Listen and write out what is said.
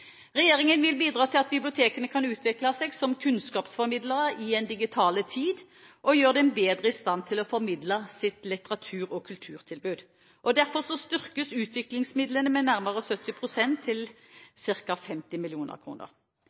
Regjeringen vil bidra til at bibliotekene kan utvikle seg som kunnskapsformidlere i en digital tid og gjøre dem bedre i stand til å formidle sitt litteratur- og kulturtilbud. Derfor styrkes utviklingsmidlene med nærmere 70 pst., til ca. 50